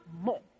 more